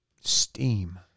STEAM